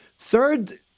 Third